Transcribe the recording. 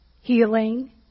healing